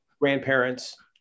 grandparents